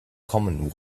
common